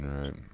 right